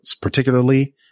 particularly